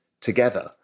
together